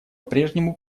прежнему